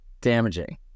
damaging